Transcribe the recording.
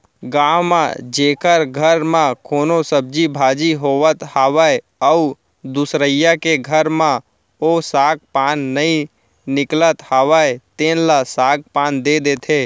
गाँव म जेखर घर म कोनो सब्जी भाजी होवत हावय अउ दुसरइया के घर म ओ साग पान नइ निकलत हावय तेन ल साग पान दे देथे